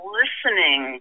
listening